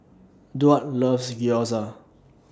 Duard loves Gyoza